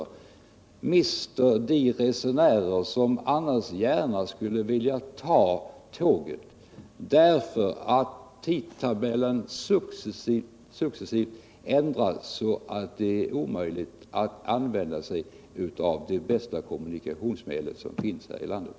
Man mister de resenärer som annars gärna skulle vilja ta tåget, därför att tidtabellen successivt ändras så att det är omöjligt att använda sig av det bästa kommunikationsmedel som finns här i landet.